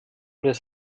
das